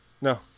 No